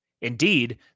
Indeed